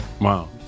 Wow